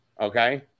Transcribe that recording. Okay